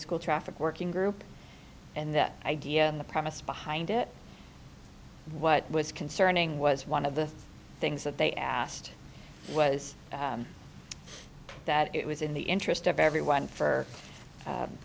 school traffic working group and that idea on the premise behind it what was concerning was one of the things that they asked was that it was in the interest of everyone for